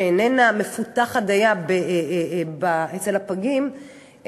שאיננה מפותחת דייה אצל הפגים,